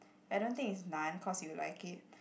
I don't think its none cause you like it